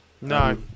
No